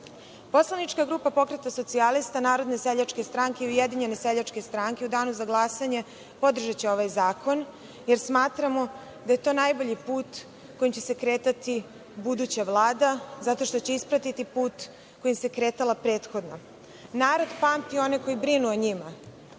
vladama. Poslanička grupa Pokreta socijalista, Narodne seljačke stranke i Ujedinjene seljačke stranke u danu za glasanje podržaće ovaj zakon, jer smatramo da je to najbolji put kojim će se kretati buduća Vlada, zato što će ispratiti put kojim se kretala prethodna. Narod pamti one koji brinu o njima.